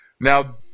Now